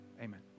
Amen